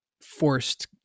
forced